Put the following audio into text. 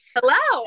Hello